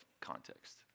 context